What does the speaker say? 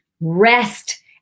rest